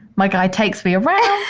my guy takes me away.